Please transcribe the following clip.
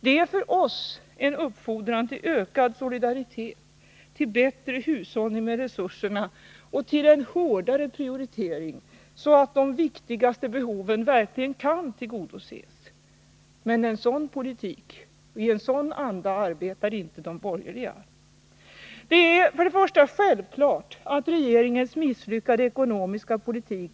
Det är för oss en uppfordran till ökad solidaritet, till bättre hushållning med resurserna och till en hårdare prioritering, så att de viktigaste behoven verkligen kan tillgodoses. Men i en sådan anda arbetar inte de borgerliga. Det är självklart att regeringens misslyckade ekonomiska politik